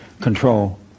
control